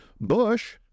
Bush